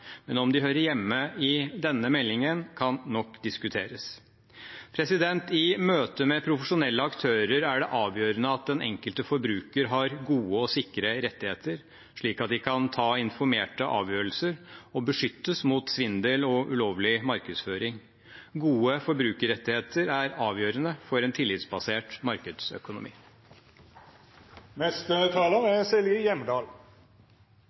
men om det hører hjemme i denne meldingen, kan nok diskuteres. I møte med profesjonelle aktører er det avgjørende at den enkelte forbruker har gode og sikre rettigheter, slik at de kan ta informerte avgjørelser og beskyttes mot svindel og ulovlig markedsføring. Gode forbrukerrettigheter er avgjørende for en tillitsbasert markedsøkonomi.